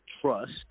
Trust